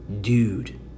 Dude